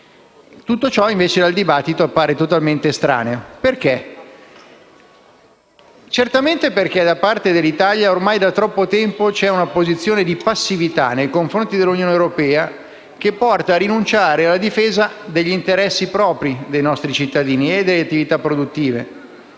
Tutto ciò appare invece totalmente estraneo al dibattito. Perché? Certamente da parte dell'Italia c'è ormai da troppo tempo una posizione di passività nei confronti dell'Unione europea, che porta a rinunciare alla difesa degli interessi propri dei nostri cittadini e delle attività produttive.